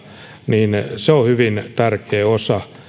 niin se on hyvin tärkeä osa